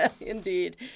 Indeed